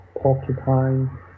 Porcupine